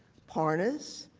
pardus,